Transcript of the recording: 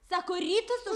sako rytas